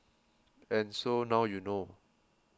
and so now you know